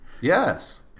Yes